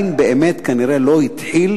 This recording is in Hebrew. כנראה עדיין לא התחיל